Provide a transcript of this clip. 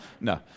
No